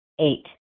Eight